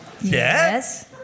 Yes